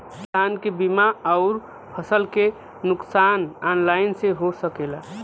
किसान के बीमा अउर फसल के नुकसान ऑनलाइन से हो सकेला?